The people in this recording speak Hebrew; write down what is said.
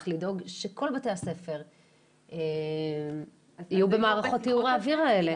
לדאוג שכל בתי הספר יהיו במערכות טיהורי האוויר האלה.